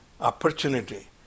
opportunity